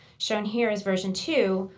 shown here as version two,